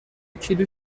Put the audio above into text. کیلو